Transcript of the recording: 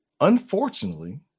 unfortunately